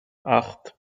acht